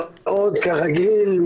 כרגיל,